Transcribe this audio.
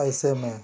ऐसे में